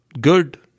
good